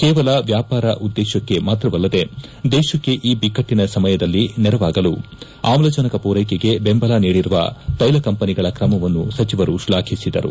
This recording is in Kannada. ಕೇವಲ ವ್ಯಾಪಾರ ಉದೇಶಕ್ಕೆ ಮಾತ್ರವಲ್ಲದೇ ದೇಶಕ್ಕೆ ಈ ಬಿಕ್ಕಟ್ಟಿನ ಸಮಯದಲ್ಲಿ ನೆರವಾಗಲು ಆಮ್ಲಜನಕ ಪೂರೈಕೆಗೆ ಬೆಂಬಲ ನೀಡಿರುವ ತ್ಕೈಲ ಕಂಪನಿಗಳ ಕ್ರಮವನ್ನು ಸಚಿವರು ಶ್ಲಾಘಿಸಿದರು